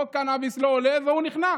חוק הקנביס לא עולה והוא נכנע.